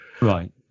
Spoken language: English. right